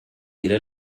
إلى